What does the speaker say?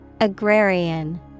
Agrarian